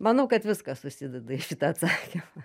manau kad viskas susideda į šitą atsakymą